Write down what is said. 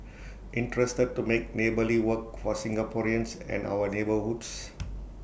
interested to make neighbourly work for Singaporeans and our neighbourhoods